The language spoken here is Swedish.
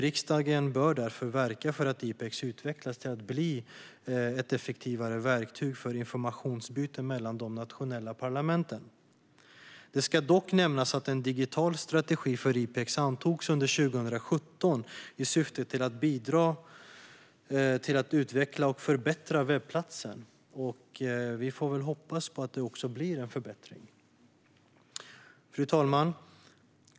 Riksdagen bör därför verka för att IPEX utvecklas till att bli ett effektivare verktyg för informationsutbyte mellan de nationella parlamenten. Det ska dock nämnas att en digital strategi för IPEX antogs under 2017 i syfte att bidra till att utveckla och förbättra webbplatsen. Vi får hoppas att det också blir en förbättring. Fru talman!